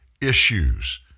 issues